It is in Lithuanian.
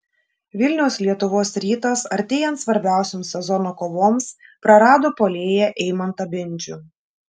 vilniaus lietuvos rytas artėjant svarbiausioms sezono kovoms prarado puolėją eimantą bendžių